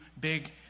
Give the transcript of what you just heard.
big